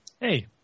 Hey